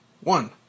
one